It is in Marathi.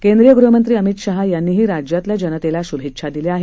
केंद्रीय गृहमंत्री अमित शहा यांनीही राज्यातील जनतेला शुभेच्छा दिल्या आहेत